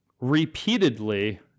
repeatedly